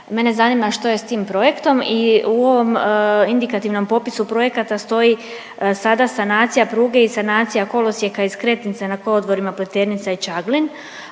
Mene zanima što je s tim projektom i u ovom indikativnom popisu projekata stoji sada sanacija pruge i sanacija kolosijeka i skretnice na kolodvorima Pleternica i Čaglin,